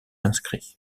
inscrits